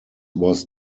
was